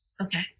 Okay